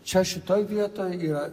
čia šitoj vietoj yra